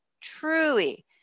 truly